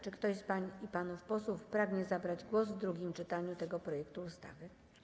Czy ktoś z pań i panów posłów pragnie zabrać głos w drugim czytaniu tego projektu ustawy?